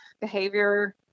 behavior